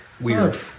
Weird